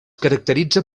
caracteritza